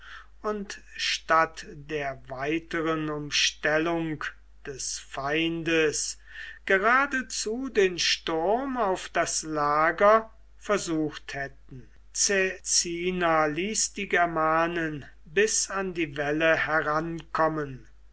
und statt der weiteren umstellung des feindes geradezu den sturm auf das lager versucht hätten caecina ließ die germanen bis an die wälle herankommen